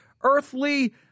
earthly